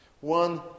One